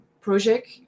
project